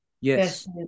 Yes